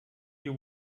you